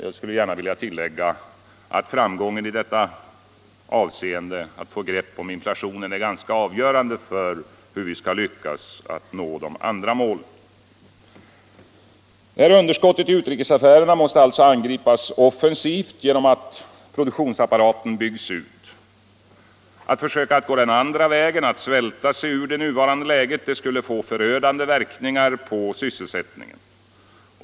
Jag skulle gärna vilja tillägga, att framgången i detta avseende — att få ett grepp om inflationen — är avgörande för hur vi skall lyckas nå de andra målen. Underskottet i utrikesaffärerna måste alltså angripas offensivt genom att produktionsapparaten byggs ut. Att försöka gå motsatt väg och ”svälta sig” ur det nuvarande läget skulle få förödande verkningar på sysselsättningen.